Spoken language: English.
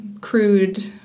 crude